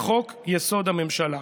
לחוק-יסוד: הממשלה.